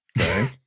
Okay